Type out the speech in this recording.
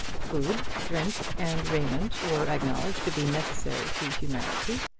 food, drink, and raiment were acknowledged to be necessary to humanity,